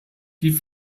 die